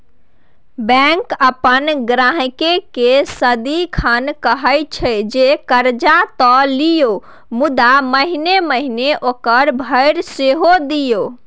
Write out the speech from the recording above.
bank अपन ग्राहककेँ सदिखन कहैत छै जे कर्जा त लिअ मुदा महिना महिना ओकरा भरि सेहो दिअ